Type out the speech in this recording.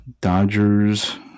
Dodgers